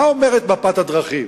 מה אומרת מפת הדרכים?